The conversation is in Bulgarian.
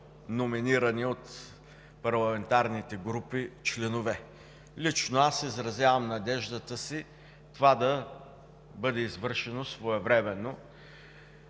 номинирани от парламентарните групи членове? Лично аз изразявам надеждата си това да бъде извършено своевременно.